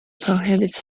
prohibits